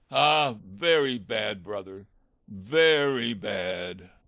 ah! very bad, brother very bad.